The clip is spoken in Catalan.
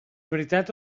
veritat